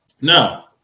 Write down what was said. Now